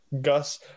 gus